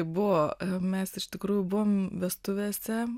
buvo mes iš tikrųjų buvom vestuvėse